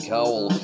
Cowl